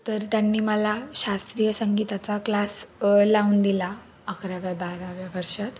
तर त्यांनी मला शास्त्रीय संगीताचा क्लास लावून दिला अकराव्या बाराव्या वर्षात